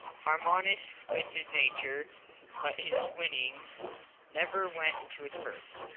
harmonised with his nature but his winnings never went into his purse,